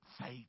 faith